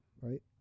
right